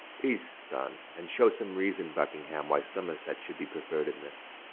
peace sonne, and shew some reason buckingham why somerset should be preferr'd in this?